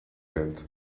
bent